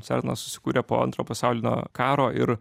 cernas susikūrė po antro pasaulinio karo ir